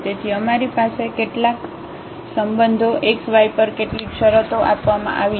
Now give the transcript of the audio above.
તેથી અમારી પાસે કેટલાક સંબંધો છે xy પર કેટલીક શરતો આપવામાં આવી છે